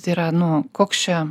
tai yra nu koks čia